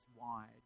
wide